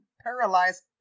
paralyzed